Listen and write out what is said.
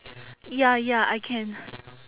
ya ya I can